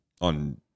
on